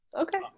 okay